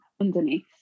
underneath